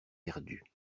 perdu